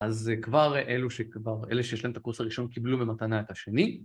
אז כבר אלו שכבר, אלה שיש להם את הקורס הראשון קיבלו במתנה את השני